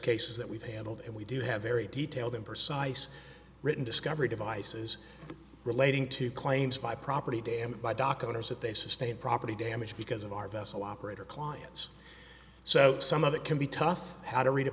cases that we've handled and we do have very detailed and pursued written discovery devices relating to claims by property damage by dock owners that they sustain property damage because of our vessel operator clients so some of it can be tough how to read a